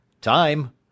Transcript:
Time